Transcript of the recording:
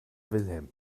wilhelm